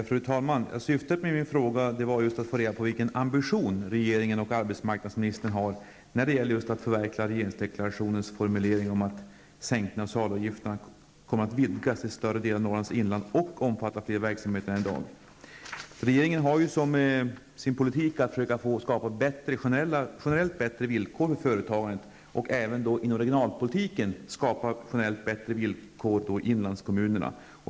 Fru talman! Syftet med min fråga var just att få reda på vilken ambition regeringen och arbetsmarknadsministern har just när det gäller att förverkliga regeringsdeklarationens formulering om att sänkningen av socialavgifterna kommer att vidgas till större delen av Norrlands inland och omfatta fler verksamheter än i dag. Regeringen har ju som sin politik att försöka skapa generellt bättre villkor för företagen och då även inom regionalpolitiken skapa generellt bättre villkor i inlandskommunerna.